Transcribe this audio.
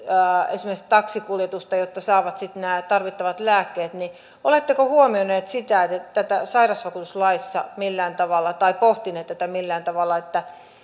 esimerkiksi taksikuljetusta jotta saavat sitten nämä tarvittavat lääkkeet niin oletteko huomioineet tätä sairausvakuutuslaissa millään tavalla tai pohtineet tätä millään tavalla että